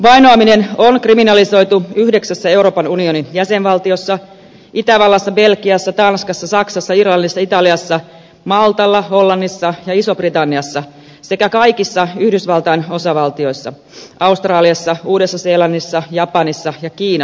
vainoaminen on kriminalisoitu yhdeksässä euroopan unionin jäsenvaltiossa itävallassa belgiassa tanskassa saksassa irlannissa italiassa maltalla hollannissa ja isossa britanniassa sekä kaikissa yhdysvaltain osavaltioissa australiassa uudessa seelannissa japanissa ja kiinassa